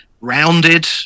rounded